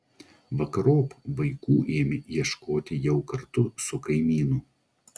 vakarop vaikų ėmė ieškoti jau kartu su kaimynu